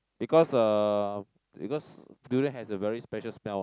because uh because durian has a very special smell